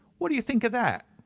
what do you think of that?